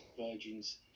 Virgin's